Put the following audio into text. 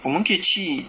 我们可以去